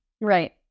Right